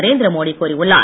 நரேந்திரமோடி கூறியுள்ளார்